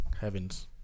Heavens